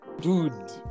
dude